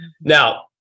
Now